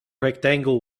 rectangle